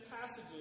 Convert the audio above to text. passages